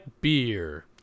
beer